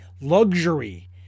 luxury